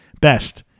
best